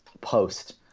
post